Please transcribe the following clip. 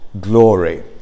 glory